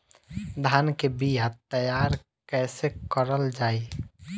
धान के बीया तैयार कैसे करल जाई?